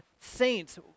saints